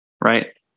right